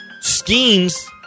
schemes